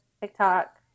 TikTok